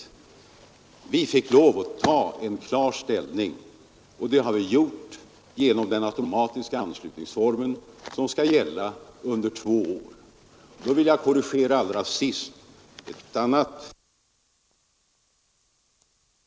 Vi fick lov att ta klar ställning. Och det har vi gjort genom den automatiska anslutningsformen, som skall gälla under två år. Så vill jag allra sist korrigera ett annat felaktigt påstående. Jag talade om etableringskontrollen, fru Nettelbrandt. Det är den som har tillkommit som en beredskapsåtgärd. Den skall finnas, och om det behövs skall den sättas in. Jag skall, herr talman, stanna med det nu anförda.